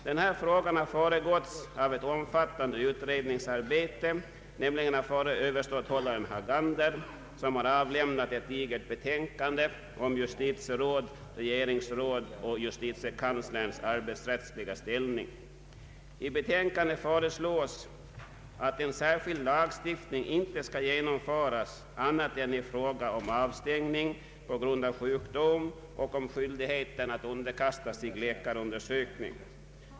Denna fråga har föregåtts av ett omfattande utredningsarbete, nämligen av förre överståthållaren Hagander, som har avlämnat ett digert betänkande om justitieråds, regeringsråds och justitiekanslerns arbetsrättsliga ställning. I betänkandet föreslås att en särskild lagstiftning inte skall genomföras annat än i fråga om avstängning på grund av sjukdom och i fråga om skyldigheten att underkasta sig läkarundersökning.